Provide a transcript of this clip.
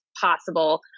possible